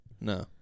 No